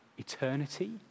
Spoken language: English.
Eternity